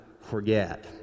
forget